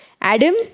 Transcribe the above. Adam